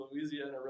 Louisiana